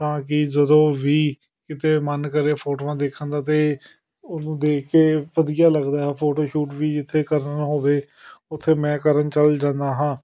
ਤਾਂ ਕਿ ਜਦੋਂ ਵੀ ਕਿਤੇ ਮਨ ਕਰੇ ਫੋਟੋਆਂ ਦੇਖਣ ਦਾ ਤਾਂ ਉਹਨੂੰ ਦੇਖ ਕੇ ਵਧੀਆ ਲੱਗਦਾ ਫੋਟੋ ਸ਼ੂਟ ਵੀ ਜਿੱਥੇ ਕਰਨਾ ਹੋਵੇ ਉੱਥੇ ਮੈਂ ਕਰਨ ਚਲ ਜਾਂਦਾ ਹਾਂ